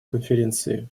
конференции